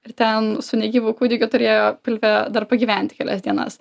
ir ten su negyvu kūdikiu turėjo pilve dar pagyventi kelias dienas